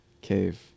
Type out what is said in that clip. Cave